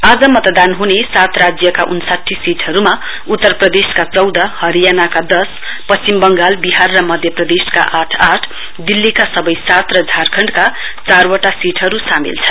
आज मतदान हुने सात राज्यका उन्साठी सीटहरूमा उत्तर प्रदेशका चौध सीट हरियाणाका दश पश्चिम बांगाल बिहार र मध्यप्रदेशका आठ आठ दिल्लीका सबै सात र झारखण्डका चारवटा सीटहरू सामेल छन्